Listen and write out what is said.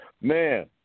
Man